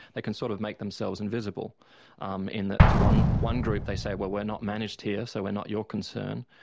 they can sort of make themselves invisible um in that to one one group they say, well, we're not managed here so we're not your concern.